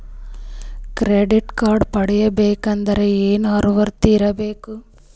Credit card ಪಡಿಬೇಕಂದರ ಏನ ಅರ್ಹತಿ ಇರಬೇಕು?